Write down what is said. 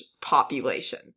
population